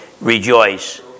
rejoice